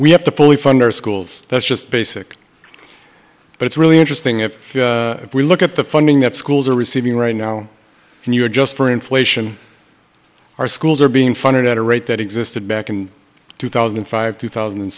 our schools that's just basic but it's really interesting if we look at the funding that schools are receiving right now and you're just for inflation our schools are being funded at a rate that existed back in two thousand and five two thousand and